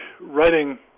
writing